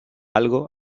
algo